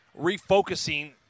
refocusing –